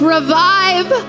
Revive